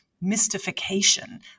mystification